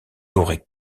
aurait